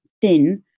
thin